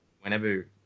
Whenever